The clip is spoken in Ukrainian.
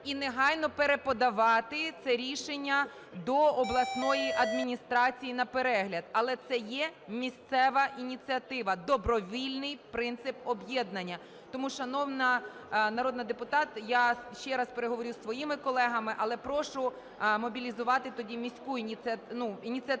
і негайно переподавати це рішення до обласної адміністрації на перегляд. Але це є місцева ініціатива – добровільний принцип об'єднання. Тому, шановна народний депутат, я ще раз переговорю зі своїми колегами. Але прошу мобілізувати тоді міську ініціативу